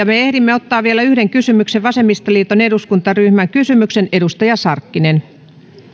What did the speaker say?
me ehdimme ottaa vielä yhden kysymyksen vasemmistoliiton edustajaryhmän kysymyksen edustaja sarkkinen